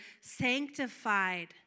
sanctified